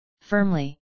firmly